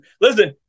Listen